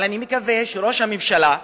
אבל אני מקווה שראש הממשלה,